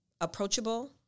approachable